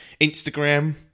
Instagram